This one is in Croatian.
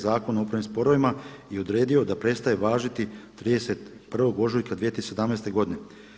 Zakona o upravnim sporovima i odredio da prestaje važiti 31. ožujka 2017. godine.